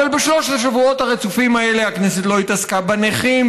אבל בשלושת השבועות הרצופים האלה הכנסת לא התעסקה בנכים,